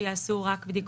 שיעשו רק בדיקות בתשלום?